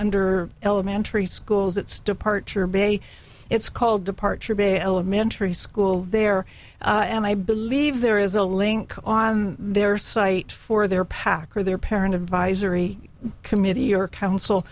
under elementary schools its departure bay it's called departure bay elementary school there and i believe there is a link on their site for their pack or their parent advisory committee or council